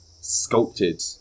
sculpted